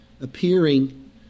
appearing